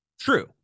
True